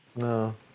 No